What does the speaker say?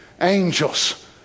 angels